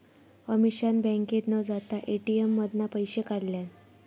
अमीषान बँकेत न जाता ए.टी.एम मधना पैशे काढल्यान